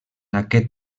aquest